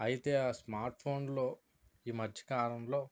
అయితే ఆ స్మార్ట్ఫోన్లో ఈ మధ్యకాలంలో